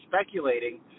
speculating